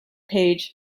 page